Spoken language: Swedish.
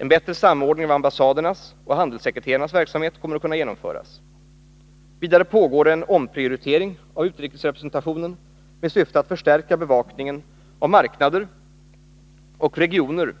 En bättre samordning av ambassadernas och handelssekreterarnas verksamhet kommer att kunna genomföras. Vidare pågår en omprioritering av utrikesrepresentationen med syfte att förstärka bevakningen av marknader och regioner